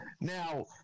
Now